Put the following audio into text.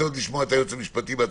לשמוע את הייעוץ המשפטי.